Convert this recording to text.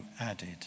added